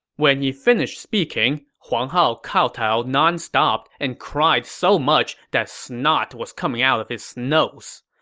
when he finished speaking, huang hao kowtowed nonstop and cried so much that snot was coming out of his nose.